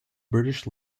british